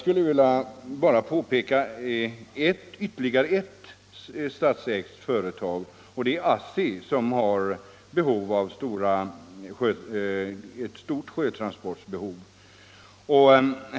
Det finns också ett annat statsägt företag, nämligen ASSI, som har ett stort sjötransportbehov.